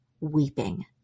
weeping